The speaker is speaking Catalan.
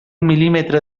mil·límetre